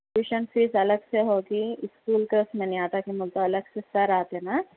tuition fee الگ سے ہوگی اسکول کا اس میں نہیں آتا کہ الگ سے سر آتے نا